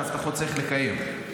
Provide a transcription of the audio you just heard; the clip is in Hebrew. שהבטחות צריך לקיים.